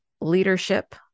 leadership